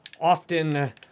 often